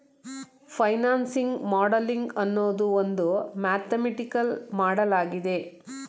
financing modelling ಅನ್ನೋದು ಒಂದು mathematical ಮಾಡಲಾಗಿದೆ